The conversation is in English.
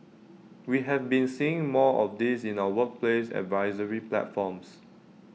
we have been seeing more of this in our workplace advisory platforms